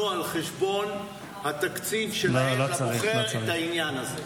על חשבון התקציב שלהם לבוחר את העניין הזה.